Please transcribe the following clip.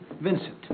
Vincent